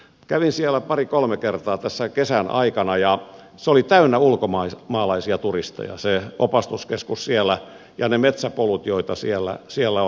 kävin siellä pari kolme kertaa tässä kesän aikana ja olivat täynnä ulkomaalaisia turisteja se opastuskeskus ja ne metsäpolut joita siellä on